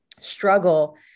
struggle